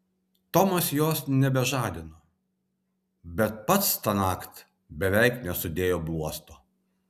tomas jos nebežadino bet pats tąnakt beveik nesudėjo bluosto